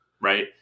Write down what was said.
right